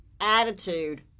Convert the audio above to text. Attitude